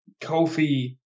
Kofi